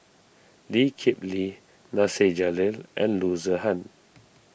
Lee Kip Lee Nasir Jalil and Loo Zihan